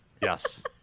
Yes